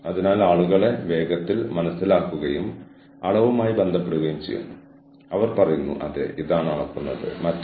അതിനാൽ 40 മണിക്കൂർ ജോലിയുള്ള ആഴ്ചയിൽ നമ്മൾക്ക് പരമാവധി 10 മണിക്കൂറിൽ കൂടുതൽ ഫ്ലെക്സി സമയം ലഭിക്കില്ല പിന്നെ നിങ്ങൾ എന്താണ് അവിടെ നടക്കുന്നതെന്ന് പറയുന്നു